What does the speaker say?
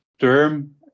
term